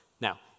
Now